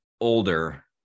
older